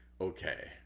Okay